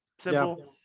simple